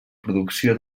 producció